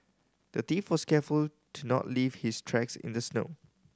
the thief was careful to not leave his tracks in the snow